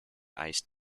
ice